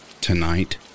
Tonight